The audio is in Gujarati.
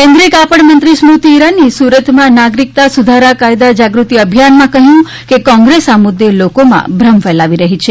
કેન્દ્રીય કાપડમંત્રી સ્મૃતિ ઇરાનીએ સુરતમાં નાગરિકતા સુધારા કાયદા જાગૃતિ અભિયાનમાં કહ્યું કે કોંગ્રેસ આ મુદ્દે લોકોમાં ભ્રમ ફેલાવી રહી છે